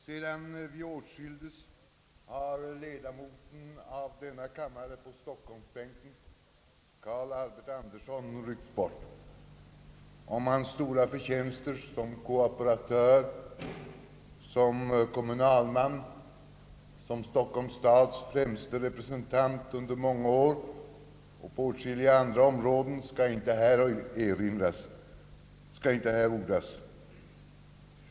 Sedan vi åtskildes har ledamoten av denna kammare herr Carl Albert Anderson ryckts bort. Om hans stora förtjänster som kooperatör, som kommunalman, som Stockholms stads främste representant under många år och på åtskilliga andra områden skall här inte ordas.